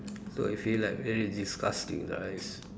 so you feel like very disgusting right